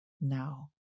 Now